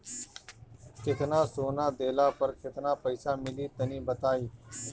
केतना सोना देहला पर केतना पईसा मिली तनि बताई?